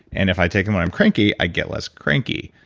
and if i take them when i'm cranky, i get less cranky.